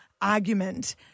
argument